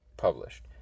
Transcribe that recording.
published